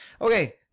Okay